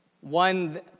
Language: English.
One